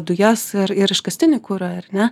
dujas ir ir iškastinį kurą ar ne